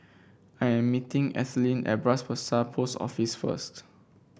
I am meeting Ethelyn at Bras Basah Post Office first